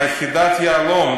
יחידת "יהלום",